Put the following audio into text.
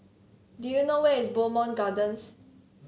do you know where is Bowmont Gardens